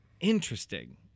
Interesting